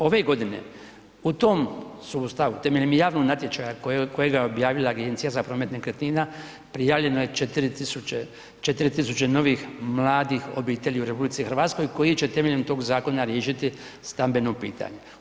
Ove godine u tom sustavu temeljem javnog natječaja kojega je objavila Agencija za promet nekretnina prijavljeno je 4.000 novih mladih obitelji u RH koji će temeljem tog zakona riješiti stambeno pitanje.